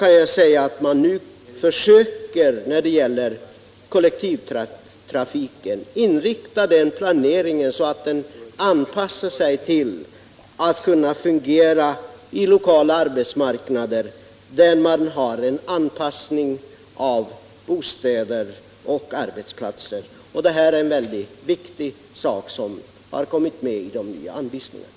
Jag kan säga att när det gäller kollektivtrafiken försöker man inrikta den planeringen så att den anpassar sig till och kan fungera i lokala arbetsmarknader där det skall ske en anpassning av bostäder och arbetsplatser. Det här är en väldigt viktig sak som har kommit med i de nya länsstyrelseanvisningarna.